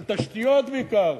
של תשתיות בעיקר,